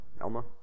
Elma